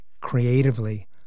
creatively